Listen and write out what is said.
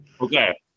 Okay